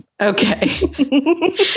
Okay